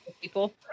people